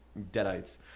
deadites